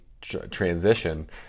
transition